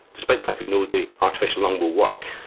despite the fact we know the artificial lung will work,